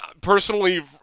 personally